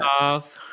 off